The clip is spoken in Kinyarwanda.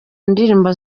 ndirimbo